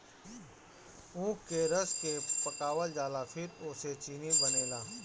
ऊख के रस के पकावल जाला फिर ओसे चीनी बनेला